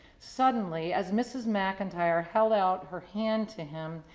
suddenly as mrs. mcintyre held out her hand to him,